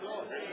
לא.